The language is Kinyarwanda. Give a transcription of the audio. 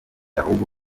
ahubwo